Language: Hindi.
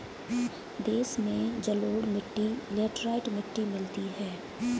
देश में जलोढ़ मिट्टी लेटराइट मिट्टी मिलती है